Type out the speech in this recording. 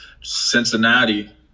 Cincinnati